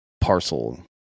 parcel